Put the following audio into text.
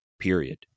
period